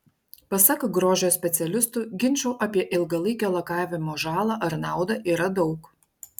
pasak grožio specialistų ginčų apie ilgalaikio lakavimo žalą ar naudą yra daug